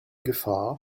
gefahr